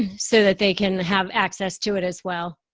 so that they can have access to it as well.